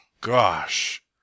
gosh